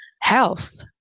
health